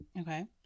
Okay